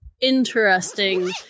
interesting